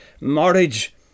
marriage